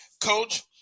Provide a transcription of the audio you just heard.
Coach